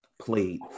played